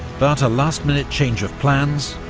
but a last-minute change of plans,